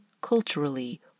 culturally